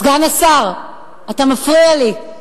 סגן השר, אתה מפריע לי.